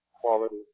quality